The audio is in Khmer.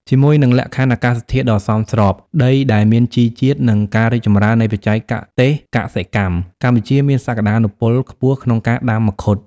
ជាមួយនឹងលក្ខខណ្ឌអាកាសធាតុដ៏សមស្រប ដីដែលមានជីជាតិ និងការរីកចម្រើននៃបច្ចេកទេសកសិកម្ម កម្ពុជាមានសក្ដានុពលខ្ពស់ក្នុងការដាំមង្ឃុត។